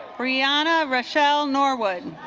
briana rochelle norwood